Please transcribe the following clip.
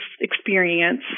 experience